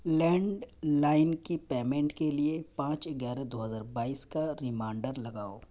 land line کی payment کے لیے پانچ گیارہ دو ہزار بائیس کا ریمانڈر لگاؤ